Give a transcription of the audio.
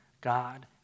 God